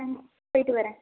thanks போயிட்டு வரேன்